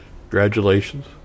Congratulations